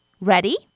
Ready